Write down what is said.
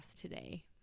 today